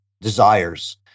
desires